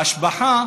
ההשבחה